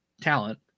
talent